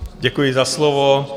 Děkuji za slovo.